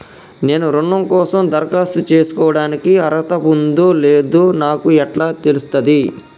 నేను రుణం కోసం దరఖాస్తు చేసుకోవడానికి అర్హత ఉందో లేదో నాకు ఎట్లా తెలుస్తది?